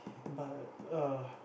but err